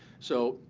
so